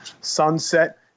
sunset